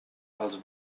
pels